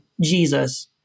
Jesus